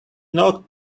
not